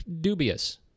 dubious